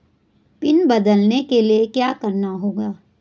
Pin बदलने के लिए क्या करना होगा?